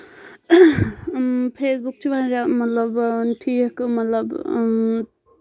face book چھُ واریاہ مطلب ٹھیٖک مطلب